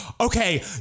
okay